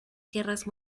guerras